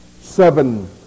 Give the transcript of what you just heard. seven